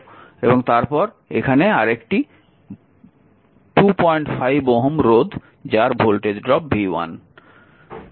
এবং তারপরে এখানে আরেকটি 25 Ω রোধ যার ভোল্টেজ ড্রপ v1